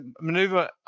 maneuver